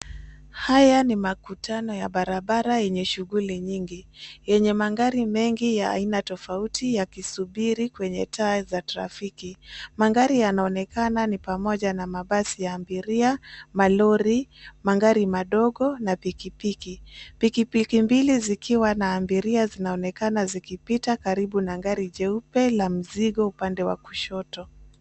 Haya ni makutano ya barabara yenye shughuli nyingi. Yenye magari mengi ya aina tofauti yakisubiri kwenye taa za trafiki. Magari yanaonekana ni pamoja na mabasi ya abiria, malori, magari madogo, na pikipiki. Piki piki mbili zikiwa na abiria zinaonekana zikipita karibu na gari jeupe la mzigo upande wa kushoto.